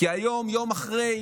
כי יום אחרי,